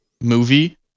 movie